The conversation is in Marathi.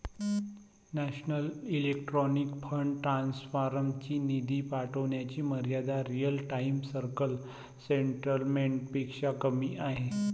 नॅशनल इलेक्ट्रॉनिक फंड ट्रान्सफर ची निधी पाठविण्याची मर्यादा रिअल टाइम सकल सेटलमेंट पेक्षा कमी आहे